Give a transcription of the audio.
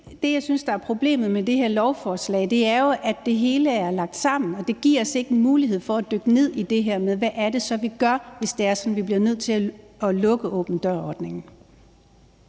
Det, jeg synes er problemet med det her lovforslag, er jo, at det hele er lagt sammen, og det giver os ikke mulighed for at dykke ned i det her med, hvad det så er, vi gør, hvis det er sådan, at vi bliver nødt til at lukke åben dør-ordningen.